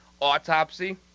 autopsy